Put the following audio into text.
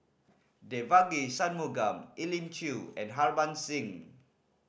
Devagi Sanmugam Elim Chew and Harbans Singh